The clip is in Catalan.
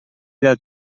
del